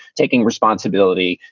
taking responsibility,